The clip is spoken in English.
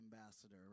ambassador